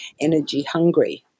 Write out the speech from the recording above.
energy-hungry